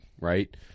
right